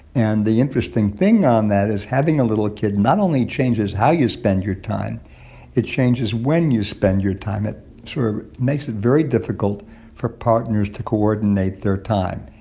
and the interesting thing on that is having a little kid not only changes how you spend your time it changes when you spend your time. it sort of makes it very difficult for partners to coordinate their time.